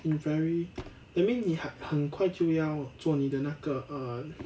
in very that mean 你很很快就要做你的那个 err